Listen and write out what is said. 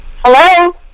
Hello